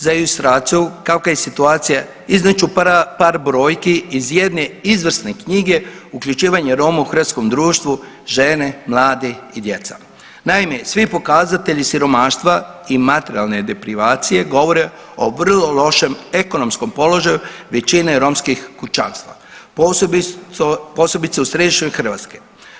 Za ilustraciju kakva je situacija iznijet ću par brojki iz jedne izvrsne knjige „Uključivanje Roma u hrvatsko društvo: žene, mladi i djeca“, naime svi pokazatelji siromaštva i materijalne deprivacije govore o vrlo lošem ekonomskom položaju većine romskih kućanstva, posebice u središnjoj Hrvatskoj.